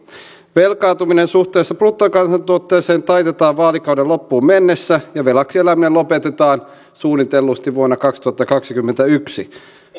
velkaantuminen suhteessa bruttokansantuotteeseen taitetaan vaalikauden loppuun mennessä ja velaksi eläminen lopetetaan suunnitellusti vuonna kaksituhattakaksikymmentäyksi